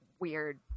weird